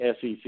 SEC